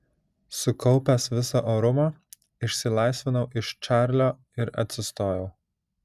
sukaupęs visą orumą išsilaisvinau iš čarlio ir atsistojau